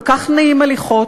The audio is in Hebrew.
כל כך נעים הליכות,